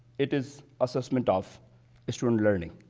it is assessment of student learning.